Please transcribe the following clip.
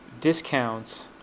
discounts